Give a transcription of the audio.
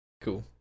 Cool